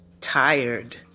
Tired